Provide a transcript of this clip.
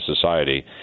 society